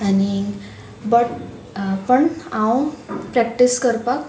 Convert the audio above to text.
आनी बट पण हांव प्रॅक्टीस करपाक